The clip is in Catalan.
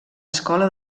escola